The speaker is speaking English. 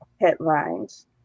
headlines